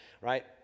right